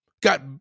Got